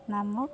ନାମ